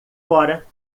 fora